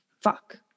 fuck